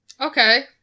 Okay